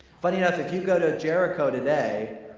funny enough, if you go to jericho today,